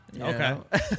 Okay